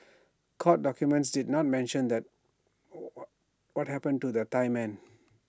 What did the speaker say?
court documents did not mention that what happened to the Thai men